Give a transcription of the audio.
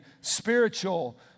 spiritual